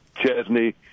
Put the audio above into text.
Chesney